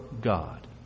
God